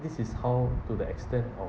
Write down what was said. this is how to the extent on